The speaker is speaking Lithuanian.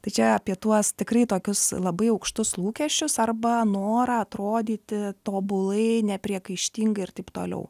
tai čia apie tuos tikrai tokius labai aukštus lūkesčius arba norą atrodyti tobulai nepriekaištingai ir taip toliau